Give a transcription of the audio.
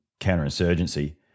counterinsurgency